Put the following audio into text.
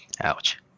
Ouch